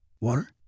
Water